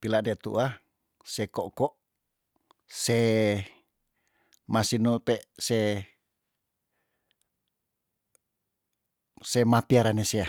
Pila de tuah se ko'ko' se masino pe se se mapiara ne sea